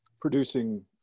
producing